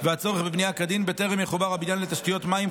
והצורך בבנייה כדין בטרם יחובר הבניין לתשתיות מים,